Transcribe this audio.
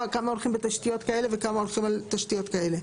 הולכים בתשתיות כאלה וכמה הולכים על תשתיות כאלה.